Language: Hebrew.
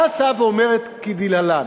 באה ההצעה ואומרת כדלהלן: